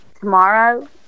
tomorrow